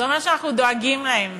זה אומר שאנחנו דואגים להם